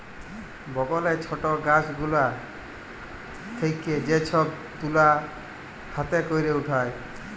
বগলে ছট গাছ গুলা থেক্যে যে সব তুলা হাতে ক্যরে উঠায়